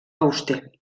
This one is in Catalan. auster